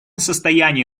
состоянии